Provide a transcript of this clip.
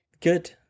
Good